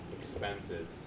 expenses